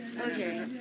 Okay